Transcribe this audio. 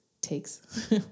Takes